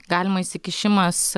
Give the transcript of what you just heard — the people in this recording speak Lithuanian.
galima įsikišimas